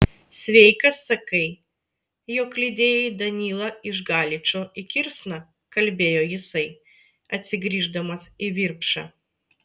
sveikas sakai jog lydėjai danylą iš galičo į kirsną kalbėjo jisai atsigrįždamas į virpšą